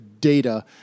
data